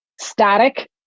static